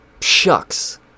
shucks